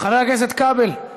חבר הכנסת כבל,